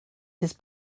his